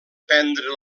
prendre